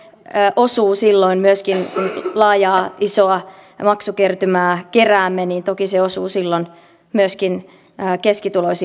toki ne osuvat silloin myöskin kun laajaa isoa maksukertymää keräämmeni toki se osui sillan keräämme keskituloisiin perheisiin